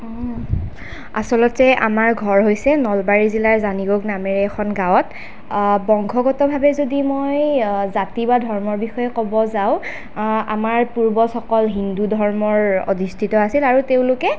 আচলতে আমাৰ ঘৰ হৈছে নলবাৰী জিলাৰ জানিগোগ নামেৰে এখন গাঁৱত বংশগতভাৱে যদি মই জাতি বা ধৰ্মৰ বিষয়ে ক'ব যাওঁ আমাৰ পূৰ্বজসকল হিন্দু ধৰ্মৰ অধিস্তিত আছিল আৰু তেওঁলোকে